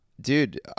dude